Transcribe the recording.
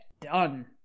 done